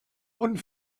und